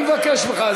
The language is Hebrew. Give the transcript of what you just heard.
אני מבקש ממך,